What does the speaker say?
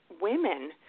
women